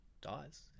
dies